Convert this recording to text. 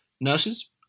nurses